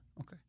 okay